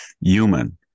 human